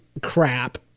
crap